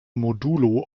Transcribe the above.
modulo